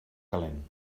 calent